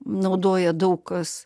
naudoja daug kas